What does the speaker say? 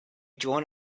drawn